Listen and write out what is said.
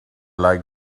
like